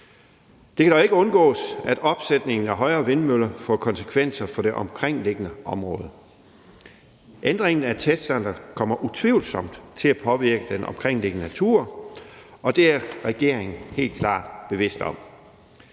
Det kan ikke undgås, at opsætningen af højere vindmøller får konsekvenser for det omkringliggende område. Ændringen af testcenteret kommer utvivlsomt til at påvirke den omkringliggende natur, og det er regeringen helt klart bevidst om.